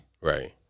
Right